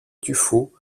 tuffeau